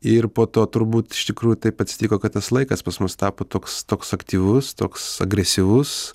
ir po to turbūt iš tikrųjų taip atsitiko kad tas laikas pas mus tapo toks toks aktyvus toks agresyvus